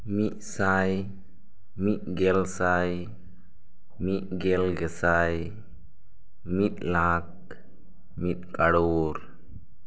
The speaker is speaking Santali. ᱢᱤᱫᱥᱟᱭ ᱢᱤᱫᱜᱮᱞ ᱥᱟᱭ ᱢᱤᱫᱜᱮᱞ ᱜᱮᱥᱟᱭ ᱢᱤᱫ ᱞᱟᱠᱷ ᱢᱤᱫ ᱠᱟᱲᱳᱨ